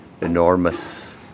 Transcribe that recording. enormous